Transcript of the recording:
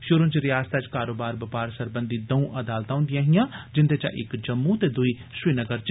शुरू च रियासतै च कारोबार बपार सरबंघी द'ऊं अदालतां हुन्दिया हियां जिन्दे चा इक जम्मू ते दूई श्रीनगर च